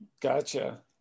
Gotcha